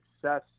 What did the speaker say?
success